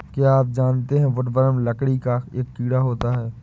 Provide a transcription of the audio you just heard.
क्या आप जानते है वुडवर्म लकड़ी का कीड़ा होता है?